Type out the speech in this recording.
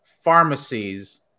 pharmacies